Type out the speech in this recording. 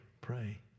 pray